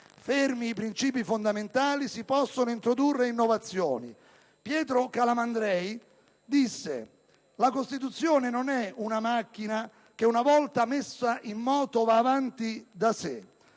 Fermi i princìpi fondamentali, si possono introdurre innovazioni. Pietro Calamandrei disse: «La Costituzione non è una macchina che una volta messa in moto va avanti da sé.